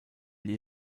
gli